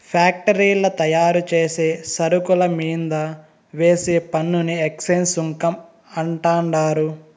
ఫ్యాక్టరీల్ల తయారుచేసే సరుకుల మీంద వేసే పన్నుని ఎక్చేంజ్ సుంకం అంటండారు